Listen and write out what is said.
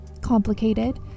complicated